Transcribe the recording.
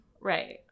right